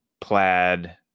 plaid